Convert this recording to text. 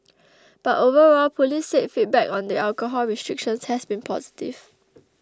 but overall police said feedback on the alcohol restrictions has been positive